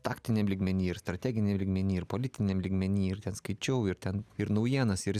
taktiniam lygmeny ir strateginiam lygmeny ir politiniam lygmeny ir ten skaičiau ir ten ir naujienas ir